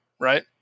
Right